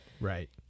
right